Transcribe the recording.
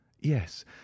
yes